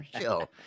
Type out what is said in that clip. show